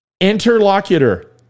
interlocutor